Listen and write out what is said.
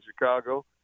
Chicago